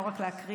לא רק להקריא,